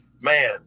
Man